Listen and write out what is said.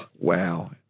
wow